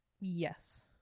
Yes